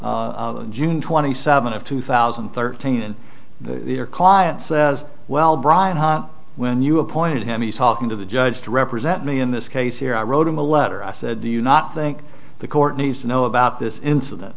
hearing june twenty seventh of two thousand and thirteen and their client says well brian when you appointed him he's talking to the judge to represent me in this case here i wrote him a letter i said do you not think the court needs to know about this incident